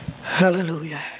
Hallelujah